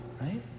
right